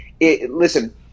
Listen